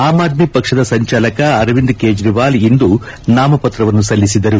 am Aadmi ಪಕ್ಷದ ಸಂಚಾಲಕ ಅರವಿಂದ್ ಕೇಜ್ವಾಲ್ ಇಂದು ನಾಮಪತ್ರವನ್ನು ಸಲ್ಲಿಸಿದರು